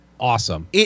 Awesome